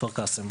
כפר קאסם.